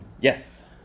Yes